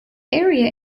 area